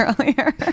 earlier